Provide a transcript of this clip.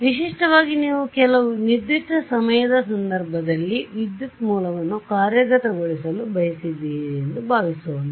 ಆದ್ದರಿಂದ ವಿಶಿಷ್ಟವಾಗಿ ನೀವು ಕೆಲವು ನಿರ್ದಿಷ್ಟ ಸಮಯದ ಸಂದರ್ಭದಲ್ಲಿ ವಿದ್ಯುತ್ ಮೂಲವನ್ನು ಕಾರ್ಯಗತಗೊಳಿಸಲು ಬಯಸಿದ್ದೀರಿ ಎಂದು ಭಾವಿಸೋಣ